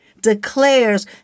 declares